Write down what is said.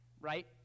right